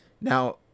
now